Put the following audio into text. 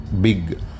big